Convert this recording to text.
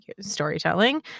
storytelling